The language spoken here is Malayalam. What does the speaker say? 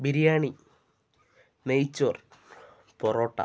ബിരിയാണി നെയ്ച്ചോർ പൊറോട്ട